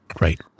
Right